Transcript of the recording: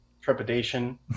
trepidation